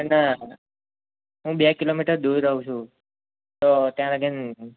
અને હું બે કિલોમીટર દૂર રહું છું તો ત્યાં લગી